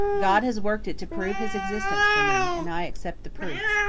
god has worked it to prove his existence for me, and i accept the proof.